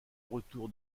retour